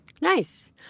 Nice